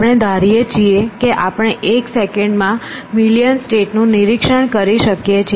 આપણે ધારીએ કે આપણે એક સેકંડમાં મિલિયન સ્ટેટ નું નિરીક્ષણ કરી શકીએ છીએ